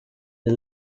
the